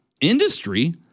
industry